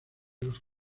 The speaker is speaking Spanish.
los